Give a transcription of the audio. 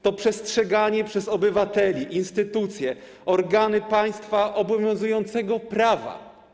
To przestrzeganie przez obywateli, instytucje, organy państwa obowiązującego prawa.